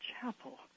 chapel